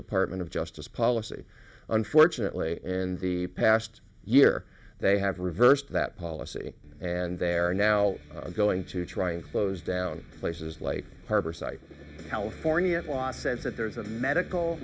department of justice policy unfortunately in the past year they have reversed that policy and they're now going to try and close down places like harborside california it was said that there's a medical